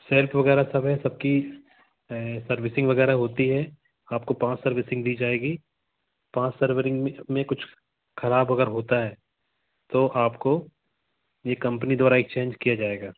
self वग़ैरह सब है सब की सर्विसिंग वग़ैरह होती है आपको पाँच सर्विसिंग दी जाएगी पाँच सर्वरिंग में कुछ ख़राब अगर होता है तो आपको ये कंपनी द्वारा एक्सचेंज किया जाएगा